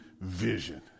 vision